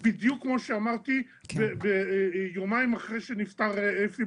בדיוק כמו שאמרתי יומיים אחרי שנפטר אפי